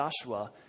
Joshua